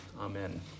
amen